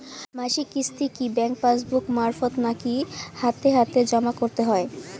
মাসিক কিস্তি কি ব্যাংক পাসবুক মারফত নাকি হাতে হাতেজম করতে হয়?